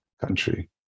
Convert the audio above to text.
country